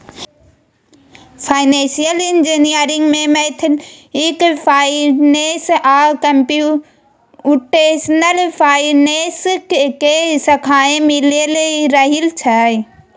financial engineering में mathematical finance आ computational finance के शाखाओं मिलल रहइ छइ